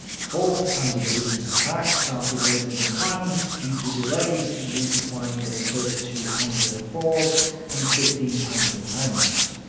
fourth panzer division's attack started later than planned due to delays in resupplying their thirty two panzer four s and fifteen panther tanks.